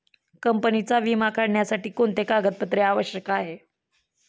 कंपनीचा विमा काढण्यासाठी कोणते कागदपत्रे आवश्यक आहे?